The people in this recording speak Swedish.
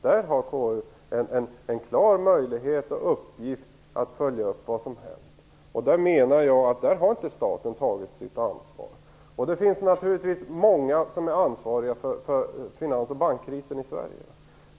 Där har konstitutionsutskottet en klar möjlighet och en uppgift att följa upp det som har hänt. Där menar jag att staten inte har tagit sitt ansvar. Det finns naturligtvis många som är ansvariga för finans och bankkrisen i Sverige.